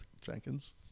Jenkins